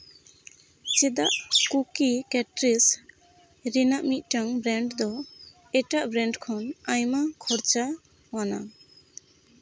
ᱪᱮᱫᱟᱜ ᱠᱩᱠᱤᱡ ᱠᱮᱴᱨᱤᱡ ᱢᱤᱫᱟᱴᱟᱝ ᱵᱨᱮᱱᱰ ᱫᱚ ᱮᱴᱟᱜ ᱵᱨᱮᱱᱰ ᱠᱷᱚᱱ ᱟᱭᱢᱟ ᱠᱷᱚᱨᱪᱟ ᱟᱱᱟ